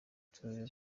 turere